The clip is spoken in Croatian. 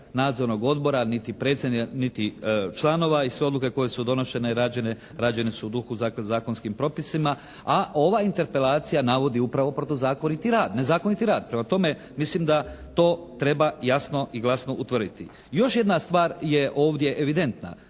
nadzornog odbora niti članova i sve odluke koje su donošene rađene su u duhu, dakle zakonskim propisima, a ova interpelacija navodi upravo protuzakoniti rad, nezakoniti rad. Prema tome, mislim da to treba jasno i glasno utvrditi. Još jedna stvar je ovdje evidentna.